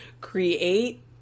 create